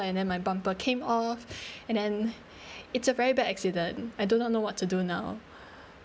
and then my bumper came off and then it's a very bad accident I do not know what to do now